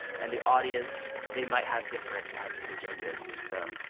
and the audience, they might have different types of agendas. and, so,